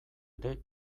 ere